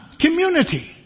community